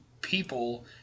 people